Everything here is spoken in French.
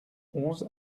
onze